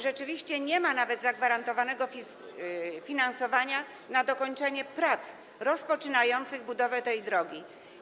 Rzeczywiście nie ma nawet zagwarantowanego finansowania na dokończenie prac rozpoczynających budowę tej drogi.